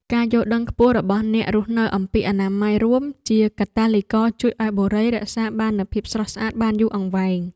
ការយល់ដឹងខ្ពស់របស់អ្នករស់នៅអំពីអនាម័យរួមជាកាតាលីករជួយឱ្យបុរីរក្សាបាននូវភាពស្រស់ស្អាតបានយូរអង្វែង។